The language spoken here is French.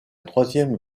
troisième